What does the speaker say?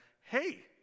hey